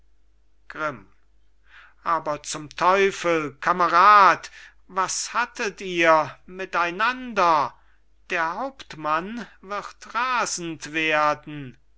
grimm aber zum teufel kamerad was hattet ihr mit einander der hauptmann wird rasend werden